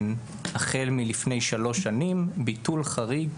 החל מלפני שלוש שנים, ביטול חריג,